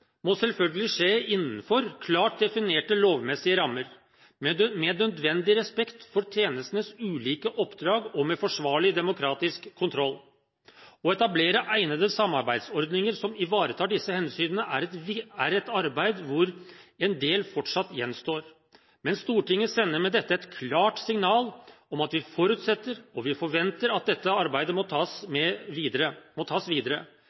må selvfølgelig skje innenfor klart definerte lovmessige rammer, med nødvendig respekt for tjenestenes ulike oppdrag og med forsvarlig demokratisk kontroll. Å etablere egnede samarbeidsordninger som ivaretar disse hensynene, er et arbeid hvor en del fortsatt gjenstår. Men Stortinget sender med dette et klart signal om at vi forutsetter og forventer at dette arbeidet må tas videre. Den felles analyseenheten mellom PST og E-tjenesten er en start, men samarbeidet bør utvikles videre